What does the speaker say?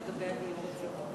ולגבי הדיור הציבורי?